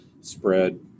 spread